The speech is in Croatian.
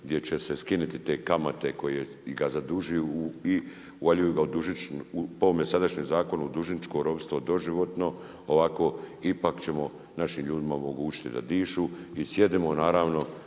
gdje će se skiniti te kamate koje ga zadužuju i uvaljuju ga po ovom sadašnjem zakonu u dužničko ropstvo doživotno. Ovako ćemo ipak našim ljudima omogućiti da dišu i sjednimo naravno